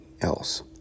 else